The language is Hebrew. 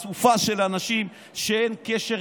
אסופה של אנשים שבה אין קשר,